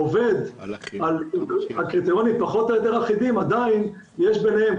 עובד על קריטריונים פחות או יותר אחידים עדיין יש ביניהם,